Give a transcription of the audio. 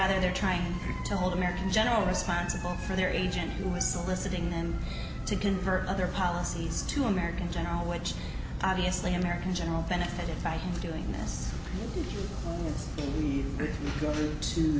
rather they're trying to hold american general responsible for their agent who was soliciting them to convert other policies to american general which obviously american general benefit by doing this